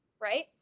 right